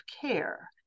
care